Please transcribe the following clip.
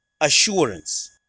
assurance